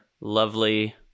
lovely